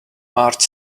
marge